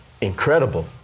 incredible